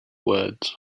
words